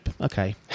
Okay